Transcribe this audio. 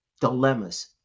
dilemmas